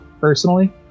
personally